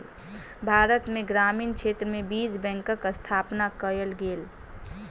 भारत में ग्रामीण क्षेत्र में बीज बैंकक स्थापना कयल गेल